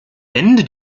ende